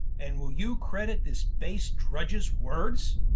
and will you credit this base drudges wordes,